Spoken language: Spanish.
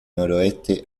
noroeste